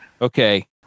Okay